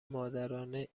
مادرانه